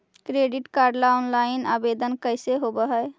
Credit card ल online आवेदन कैसे होब है?